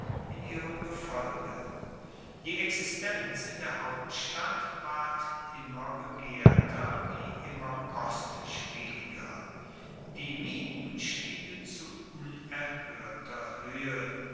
in ihrem gefolge die existenz in der hauptstadt ward immer begehrter wie immer kostspieliger die mieten stiegen zu unerhoerter hoehe